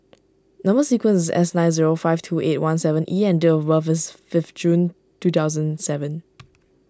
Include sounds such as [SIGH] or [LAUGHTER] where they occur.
Number Sequence is S nine zero five two eight one seven E and date of birth is five June two thousand seven [NOISE]